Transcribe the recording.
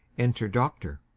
enter doctor